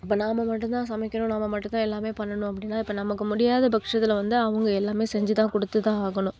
அப்போ நாம் மட்டும்தான் சமைக்கணும் நாம் மட்டும்தான் எல்லாம் பண்ணணும் அப்படினா இப்போ நமக்கு முடியாத பட்சத்தில் வந்து அவங்கள் எல்லாம் செஞ்சு தான் கொடுத்துதான் ஆகணும்